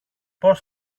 πώς